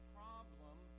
problem